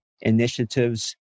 initiatives